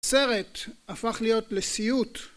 הסרט הפך להיות לסיוט